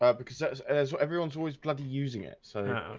ah because and so everyone's always bloody using it so yeah